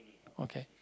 okay